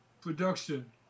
Production